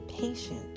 patient